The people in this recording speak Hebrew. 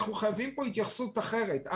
אנחנו זקוקים להתייחסות אחרת,